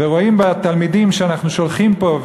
ורואה בתלמידים שאנחנו שולחים לפה,